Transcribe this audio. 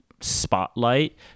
spotlight